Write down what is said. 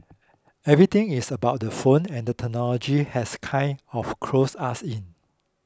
everything is about the phone and the technology has kind of closed us in